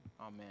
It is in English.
Amen